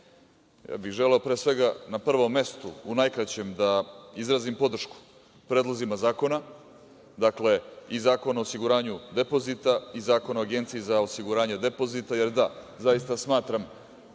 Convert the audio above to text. bih pre svega na prvom mestu, u najkraćem da izrazim podršku predlozima zakona. Dakle, i Zakon o osiguranju depozita i Zakon o Agenciji za osiguranje depozita, jer zaista smatram